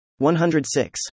106